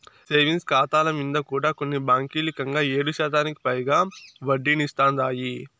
savings కాతాల మింద కూడా కొన్ని బాంకీలు కంగా ఏడుశాతానికి పైగా ఒడ్డనిస్తాందాయి